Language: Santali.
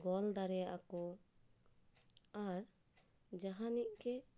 ᱜᱚᱞ ᱫᱟᱲᱮᱭᱟᱜᱼᱟ ᱠᱚ ᱟᱨ ᱡᱟᱦᱟᱱᱤᱡ ᱜᱮ